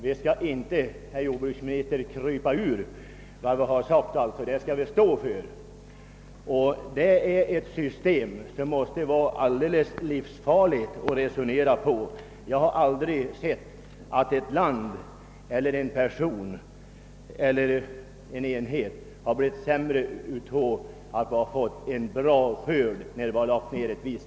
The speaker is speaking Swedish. Och man skall stå för vad man har sagt, herr jordbruksminister. Det måste emellertid vara livsfarligt att resonera på detta sätt. Jag har aldrig sett att ett land, en person eller en enhet har haft nackdel av att få en bra skörd när ett visst kapital har lagts ned.